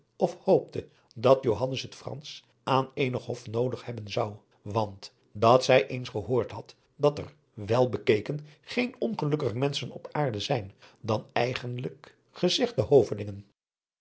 of hoopte dat johannes het fransch aan eenig hof noodig hebben zou want dat zij eens gehoord had dat er wel bekeken geen ongelukkiger menschen op aarde zijn dan eigenlijk